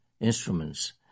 instruments